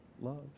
love